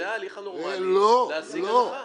אבל זה ההליך הנורמלי להשיג הנחה.